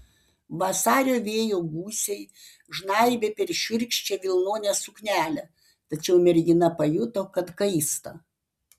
vasario vėjo gūsiai žnaibė per šiurkščią vilnonę suknelę tačiau mergina pajuto kad kaista